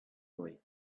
boy